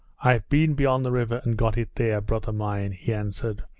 i've been beyond the river and got it there, brother mine he answered,